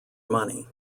money